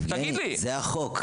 זה החוק.